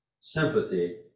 sympathy